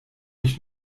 ich